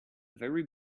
very